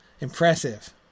Impressive